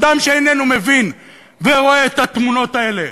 אדם שאיננו מבין ורואה את התמונות האלה,